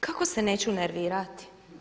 Kako se neću nervirati?